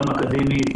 גם אקדמית,